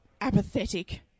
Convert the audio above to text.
apathetic